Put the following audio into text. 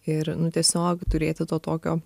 ir nu tiesiog turėti to tokio